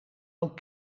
ook